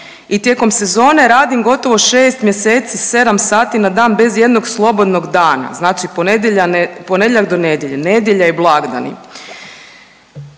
i tijekom sezone radim gotovo 6 mjeseci 7 sati na dan bez i jednog slobodnog dana, znači ponedjeljak do nedjelje, nedjelja i blagdani.